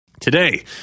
Today